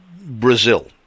Brazil